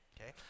okay